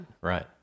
right